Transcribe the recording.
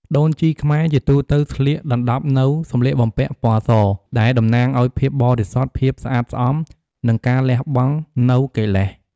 ដូនជីខ្មែរជាទូទៅស្លៀកដណ្ដប់នូវ សម្លៀកបំពាក់ពណ៌ស ដែលតំណាងឱ្យ ភាពបរិសុទ្ធ ភាពស្អាតស្អំ និងការលះបង់នូវកិលេស។